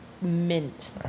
mint